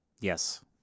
Yes